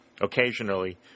Occasionally